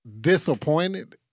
disappointed